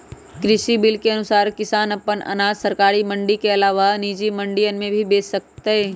कृषि बिल के अनुसार किसान अपन अनाज सरकारी मंडी के अलावा निजी मंडियन में भी बेच सकतय